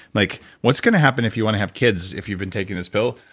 like what's going to happen if you want to have kids if you've been taking this pill?